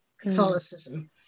Catholicism